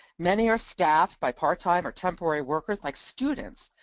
many are staffed by part time or temporary workers like students,